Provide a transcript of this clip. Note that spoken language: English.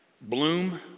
Bloom